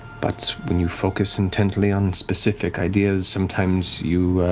but when you focus intently on specific ideas, sometimes you